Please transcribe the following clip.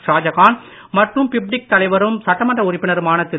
ஷாஜகான் மற்றும் பிப்டிக் தலைவரும் சட்டமன்ற உறுப்பினருமான திரு